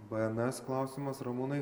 bns klausimas ramūnai